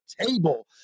table